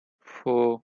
four